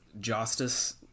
justice